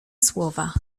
słowa